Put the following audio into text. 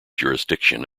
jurisdiction